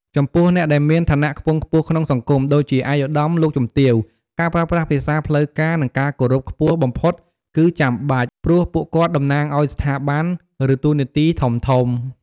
ចំពោះអ្នកដែលមានឋានៈខ្ពង់ខ្ពស់ក្នុងសង្គម ដូចជាឯកឧត្តម លោកជំទាវ ការប្រើប្រាស់ភាសាផ្លូវការ និងការគោរពខ្ពស់បំផុតគឺចាំបាច់ ព្រោះពួកគាត់តំណាងឲ្យស្ថាប័ន ឬតួនាទីធំៗ។